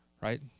right